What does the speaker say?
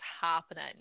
happening